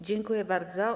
Dziękuję bardzo.